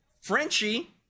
Frenchie